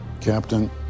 Captain